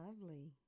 lovely